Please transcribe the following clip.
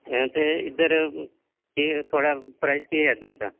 ते इद्धर थुआढ़ा प्राईस केह् ऐ इद्धर दा